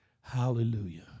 hallelujah